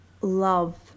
love